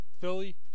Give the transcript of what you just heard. Philly